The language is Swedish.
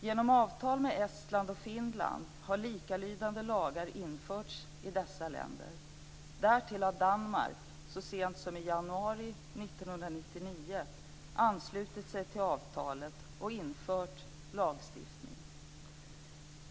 Genom avtal med Estland och Finland har likalydande lagar införts i dessa länder. Därtill har Danmark så sent som i januari 1999 anslutit sig till avtalet och infört lagstiftning.